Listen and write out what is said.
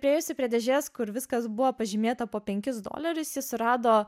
priėjusi prie dėžės kur viskas buvo pažymėta po penkis dolerius ji surado